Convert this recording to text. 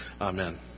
Amen